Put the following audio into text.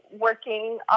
working